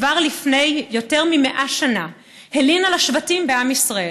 כבר לפני יותר מ-100 שנה הלין על השבטים בעם ישראל